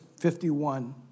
51